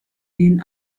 denen